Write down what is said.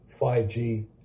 5G